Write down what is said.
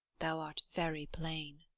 thou art very plain.